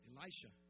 Elisha